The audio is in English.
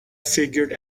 figured